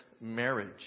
marriage